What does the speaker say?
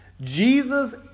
Jesus